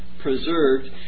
preserved